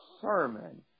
sermon